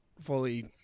fully